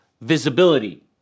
visibility